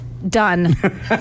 Done